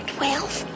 Twelve